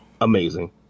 amazing